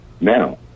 Now